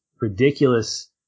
ridiculous